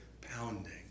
pounding